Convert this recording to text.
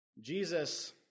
Jesus